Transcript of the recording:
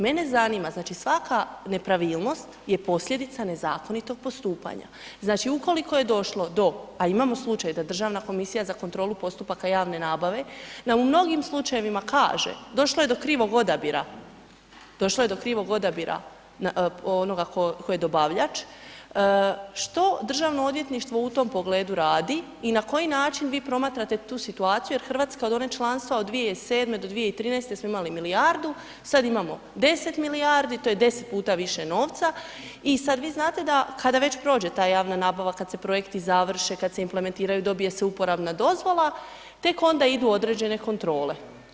Mene zanima, znači svaka nepravilnost je posljedica nezakonitog postupanja, znači ukoliko je došlo do, a imamo slučaj da Državna komisija za kontrolu postupaka javne nabave na mnogim slučajevima kaže došlo je do krivog odabira, došlo je do krivog odabira onoga ko, ko je dobavljač, što državno odvjetništvo u tom pogledu radi i na koji način vi promatrate tu situaciju jer RH od onog članstva od 2007. do 2013. smo imali milijardu, sad imamo 10 milijardi, to je 10 puta više novca i sad vi znate da kada već prođe ta javna nabava, kad se projekti završe, kad se implementiraju, dobije se uporabna dozvola, tek onda idu određene kontrole.